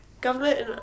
government